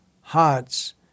hearts